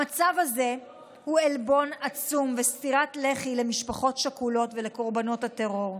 המצב הזה הוא עלבון עצום וסטירת לחי למשפחות השכולות ולקורבנות הטרור.